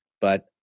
but-